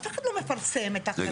אף אחד לא מפרסם את התוכנית.